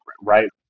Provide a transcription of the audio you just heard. right